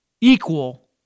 equal